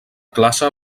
classe